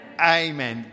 Amen